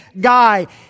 guy